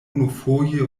unufoje